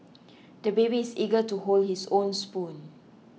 the baby is eager to hold his own spoon